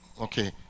Okay